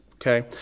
Okay